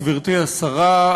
גברתי השרה,